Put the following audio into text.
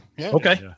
Okay